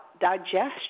digestion